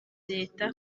leta